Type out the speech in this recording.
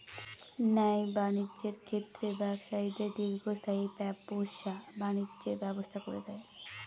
ন্যায় বাণিজ্যের ক্ষেত্রে ব্যবসায়ীদের দীর্ঘস্থায়ী ব্যবসা বাণিজ্যের ব্যবস্থা করে দেয়